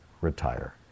retire